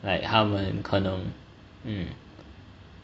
like 他们可能 mm